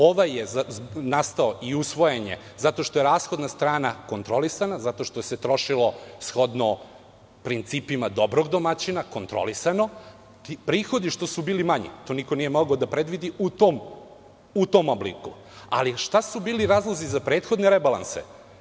Ovaj je nastao i usvojen je zato što je rashodna strana kontrolisana, zato što se trošilo principima dobrog domaćina, kontrolisano, prihodi što su bili manji, to niko nije mogao da predvidi u tom obliku, ali šta su bili razlozi za prethodne rebalanse?